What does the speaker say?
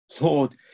Lord